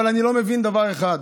אבל אני לא מבין דבר אחד.